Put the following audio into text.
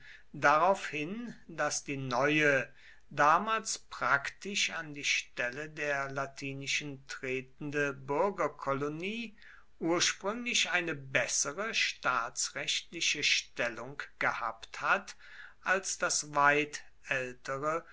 darauf hin daß die neue damals praktisch an die stelle der latinischen tretende bürgerkolonie ursprünglich eine bessere staatsrechtliche stellung gehabt hat als das weit ältere